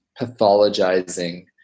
pathologizing